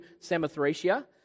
Samothracia